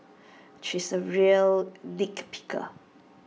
he is A real nit picker